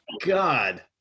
God